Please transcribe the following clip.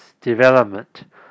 development